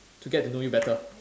to get to know you better